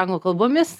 anglų kalbomis